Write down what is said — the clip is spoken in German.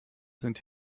sind